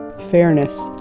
fairness,